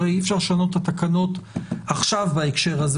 הרי אי אפשר לשנות את התקנות עכשיו בהקשר הזה,